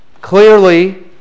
clearly